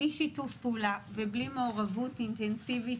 בלי שיתוף פעולה ובלי מעורבות אינטנסיבית